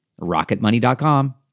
RocketMoney.com